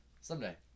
someday